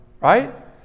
Right